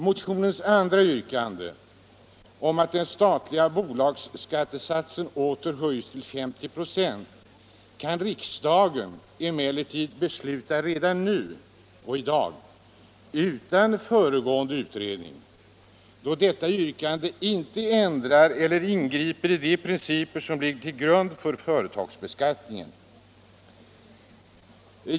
Motionens andra yrkande, att den statliga bolagsskattesatsen åter höjs till 50 96, kan riksdagen besluta om redan i dag utan föregående utredning, eftersom det yrkandet inte ändrar på eller ingriper i de principer som ligger till grund för företagsbeskattningen.